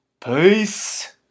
Peace